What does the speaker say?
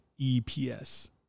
EPS